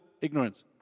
ignorance